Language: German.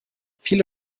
viele